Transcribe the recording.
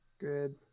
Good